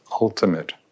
ultimate